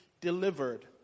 delivered